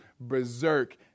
berserk